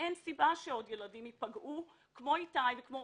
אין סיבה שעוד ילדים ייפגעו כמו איתי וכמו